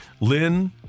Lynn